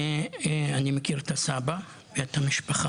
אני מכיר גם את הסבא שלה ואת המשפחה.